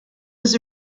was